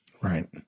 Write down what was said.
Right